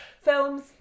Films